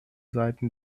seiten